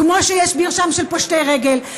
כמו שיש מרשם של פושטי רגל,